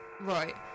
Right